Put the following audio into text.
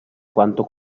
quanto